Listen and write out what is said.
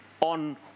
on